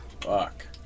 fuck